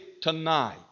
tonight